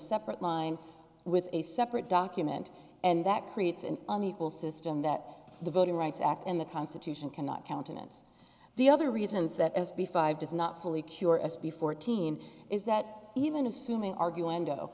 separate line with a separate document and that creates an unequal system that the voting rights act in the constitution cannot countenance the other reasons that s b five does not fully cure s b fourteen is that even assuming argue end